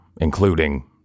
including